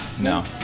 No